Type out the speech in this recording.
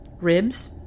ribs